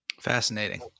Fascinating